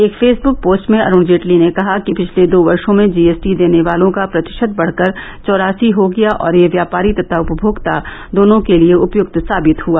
एक Facebook post में अरूण जेटली ने कहा कि पिछले दो वर्षों में जी एस टी देने वालों का प्रतिशत बढ़कर चौरासी हो गया और यह व्यापारी तथा उपभोक्ता दोनों के लिए उपयुक्त साबित हुआ